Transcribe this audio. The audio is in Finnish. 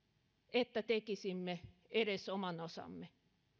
että tekisimme edes oman osamme